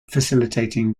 facilitating